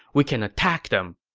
we can attack them.